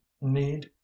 need